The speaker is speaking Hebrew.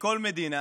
מכל מדינה